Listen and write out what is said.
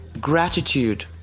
gratitude